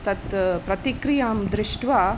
तत् प्रतिक्रियां दृष्ट्वा